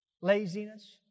laziness